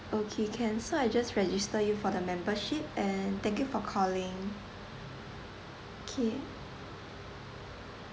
okay can so I just register you for the membership and thank you for calling okay